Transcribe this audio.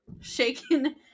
shaken